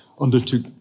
undertook